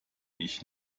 ich